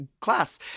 class